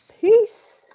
Peace